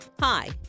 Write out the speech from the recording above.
Hi